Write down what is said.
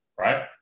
right